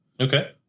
Okay